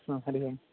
हा हरिः ओम्